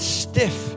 stiff